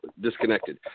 disconnected